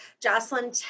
Jocelyn